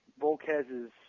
Volquez's